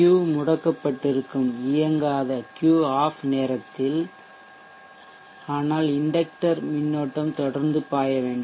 Q முடக்கப்பட்டிருக்கும்இயங்காத Q -OFF நேரத்தில் ஆனால் இண்டக்டர் மின்னோட்டம் தொடர்ந்து பாய வேண்டும்